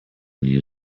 new